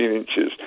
inches